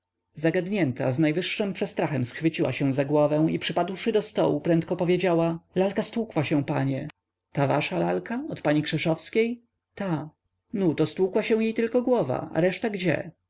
zagadnięta z najwyższym przestrachem schwyciła się za głowę i przypadłszy do stołu prędko odpowiedziała lalka stłukła się panie ta wasza lalka od pani krzeszowskiej ta nu to stłukła się jej tylko głowa a reszta gdzie